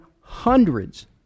hundreds